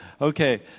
Okay